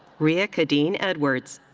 ria khadine edwards.